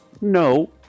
no